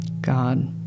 God